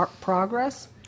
progress